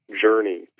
journey